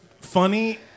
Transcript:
funny